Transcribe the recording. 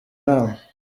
nama